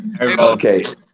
Okay